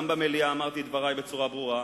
גם במליאה אמרתי את דברי בצורה ברורה,